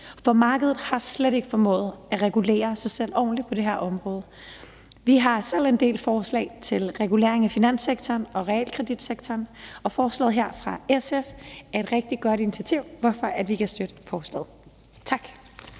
for markedet har slet ikke formået at regulere sig selv ordentligt på det her område. Vi har selv en del forslag til regulering af finanssektoren og realkreditsektoren, og forslaget her fra SF er et rigtig godt initiativ, hvorfor vi kan støtte det. Tak.